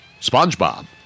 SpongeBob